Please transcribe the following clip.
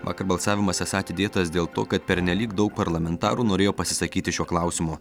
vakar balsavimas esą atidėtas dėl to kad pernelyg daug parlamentarų norėjo pasisakyti šiuo klausimu